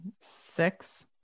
six